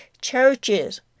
churches